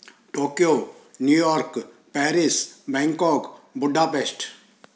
Tokyo New York Paris Bangkok Budapest